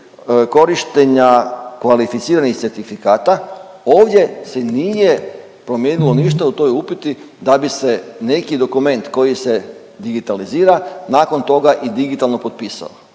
korištenja kvalificiranih certifikata ovdje se nije promijenilo ništa u toj uputi da bi se neki dokument koji se digitalizira nakon toga i digitalno potpisao.